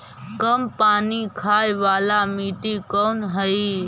कम पानी खाय वाला मिट्टी कौन हइ?